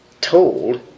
told